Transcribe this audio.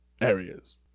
areas